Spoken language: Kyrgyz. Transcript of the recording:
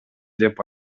деп